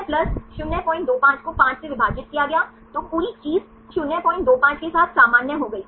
0 plus 025 को 5 से विभाजित किया गया तो पूरी चीज 025 के साथ सामान्य हो गई